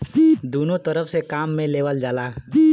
दुन्नो तरफ से काम मे लेवल जाला